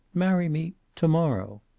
marry me to-morrow.